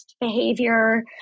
behavior